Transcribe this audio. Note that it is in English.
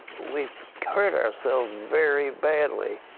we hurt ourselves very badly.